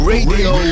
Radio